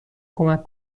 کمک